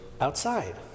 outside